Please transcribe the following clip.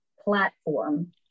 platform